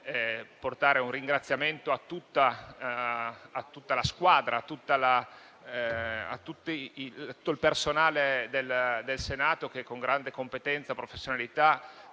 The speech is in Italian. portare un ringraziamento a tutta la squadra, a tutto il personale del Senato, che con grande competenza, professionalità